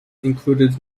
included